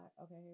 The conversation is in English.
Okay